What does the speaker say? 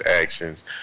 actions